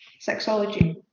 sexology